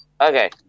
Okay